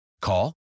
Call